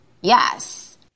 Yes